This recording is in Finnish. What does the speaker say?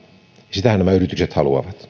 sitähän nämä yritykset haluavat